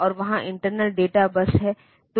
और वहाँ internal data बस है